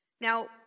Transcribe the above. Now